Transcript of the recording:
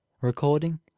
recording